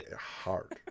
hard